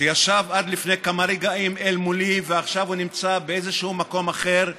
שישב עד לפני כמה רגעים אל מולי ועכשיו הוא נמצא באיזשהו מקום אחר,